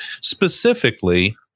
specifically